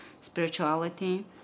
spirituality